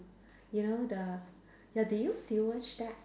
you know the ya do you do you watch that